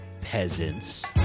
peasants